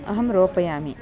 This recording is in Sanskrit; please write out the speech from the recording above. अहं रोपयामि